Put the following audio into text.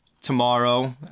tomorrow